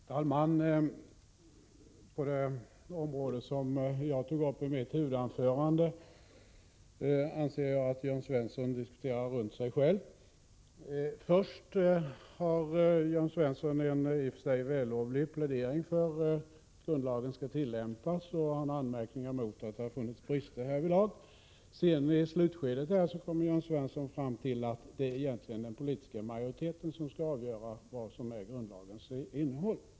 Herr talman! På det område som jag tog upp i mitt huvudanförande anser jag att Jörn Svensson diskuterar runt sig själv. Först hade Jörn Svensson en i och för sig vällovlig plädering för hur grundlagen skall tillämpas, och han riktade anmärkningar mot brister härvidlag. Men i slutändan kom Jörn Svensson fram till att det egentligen är den politiska majoriteten som skall avgöra vad som är grundlagens innehåll.